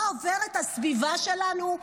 מה עוברים בסביבה שלנו,